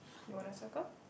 you wanna circle